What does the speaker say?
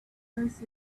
university